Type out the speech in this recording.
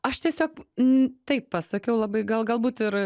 aš tiesiog m taip pasakiau labai gal galbūt ir